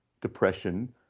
depression